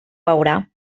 veurà